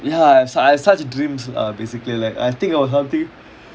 ya I have I have such dreams lah basically like I think of something